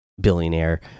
billionaire